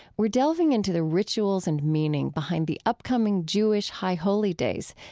we're delving into the rituals and meaning behind the upcoming jewish high holy days,